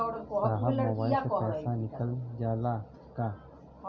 साहब मोबाइल से पैसा निकल जाला का?